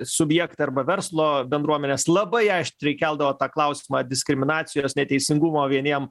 subjektą arba verslo bendruomenės labai aštriai keldavo tą klausimą diskriminacijos neteisingumo vieniem